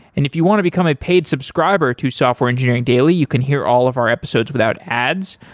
and if you want to become a paid subscriber to software engineering daily, you can hear all of our episodes without ads,